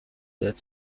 that